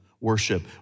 worship